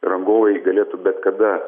rangovai galėtų bet kada